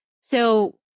So-